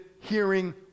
hearing